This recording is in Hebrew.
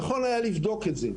נכון היה לבדוק את זה.